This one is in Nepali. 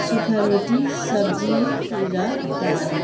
सुखा रोटी सब्जी र दाल